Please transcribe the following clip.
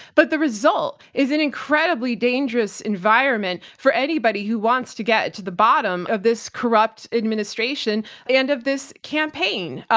but the result is an incredibly dangerous environment for anybody who wants to get to the bottom of this corrupt administration and of this campaign.